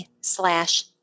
slash